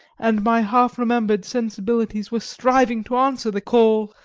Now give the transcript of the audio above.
and my half-remembered sensibilities were striving to answer the call.